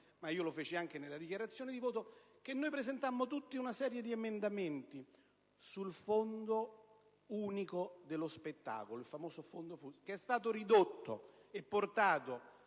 ma ne ho parlato già nelle dichiarazioni di voto - che noi presentammo tutta una serie di emendamenti sul Fondo unico per lo spettacolo, il noto FUS, che è stato ridotto e portato